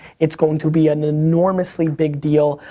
it's going to be an enormously big deal.